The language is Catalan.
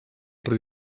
rei